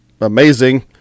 amazing